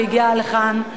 שהגיע לכאן,